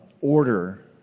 order